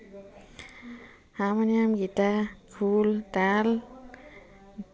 harmonium guitar খোল তাল